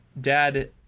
Dad